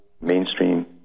mainstream